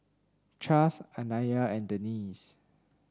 Chas Anaya and Denise